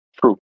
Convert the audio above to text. True